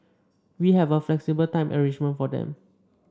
we have a flexible time arrangement for them